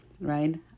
right